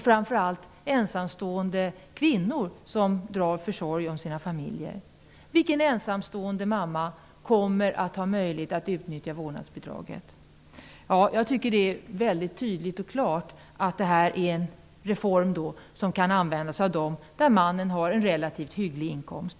framför allt ensamstående kvinnor som drar försorg om sina familjer. Vilken ensamstående mamma kommer att ha möjlighet att utnyttja vårdnadsbidraget? Jag tycker att det är tydligt och klart att det är fråga om en reform som kan utnyttjas av familjer där mannen har en relativt hygglig inkomst.